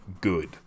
good